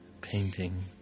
painting